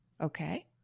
Okay